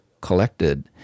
collected